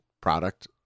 product